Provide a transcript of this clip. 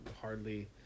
hardly